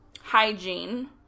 Hygiene